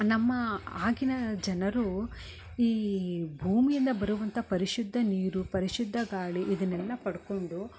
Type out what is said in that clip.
ನಮ್ಮ ಆಗಿನ ಜನರು ಈ ಭೂಮಿಯಿಂದ ಬರುವಂಥ ಪರಿಶುದ್ಧ ನೀರು ಪರಿಶುದ್ಧ ಗಾಳಿ ಇದನ್ನೆಲ್ಲ ಪಡ್ಕೊಂಡು